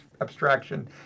abstraction